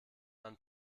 man